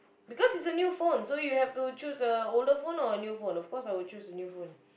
because it's a new phone so you have to choose a older phone or a new phone of course I would choose the new phone